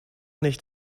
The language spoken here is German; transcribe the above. nicht